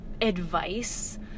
advice